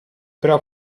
però